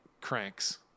cranks